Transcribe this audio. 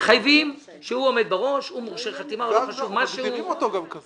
גם אם הכול מתנהל למישרין ואף אחד לא מתלונן.